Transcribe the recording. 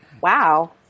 Wow